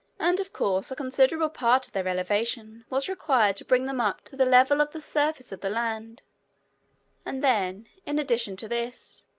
and of course a considerable part of their elevation was required to bring them up to the level of the surface of the land and then, in addition to this,